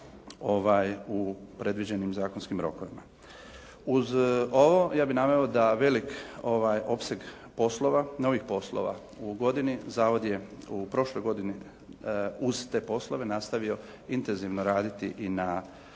u predviđenim zakonskim rokovima. Uz ovo ja bih naveo da veliki opseg poslova, novih poslova u godini zavod je u prošloj godini uz te poslove nastavio intenzivno raditi i na